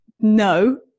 No